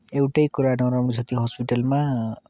एउटै कुरा नराम्रो छ त्यो हस्पिटलमा